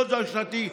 לא דו-שנתי,